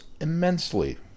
immensely